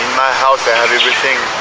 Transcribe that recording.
my house i have everything,